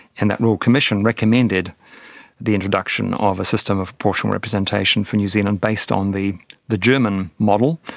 and that royal commission recommended the introduction of a system of proportional representation for new zealand based on the the german model,